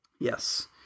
Yes